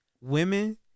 Women